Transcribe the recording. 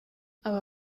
aba